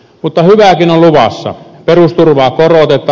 mutta hyvääkin on luvassa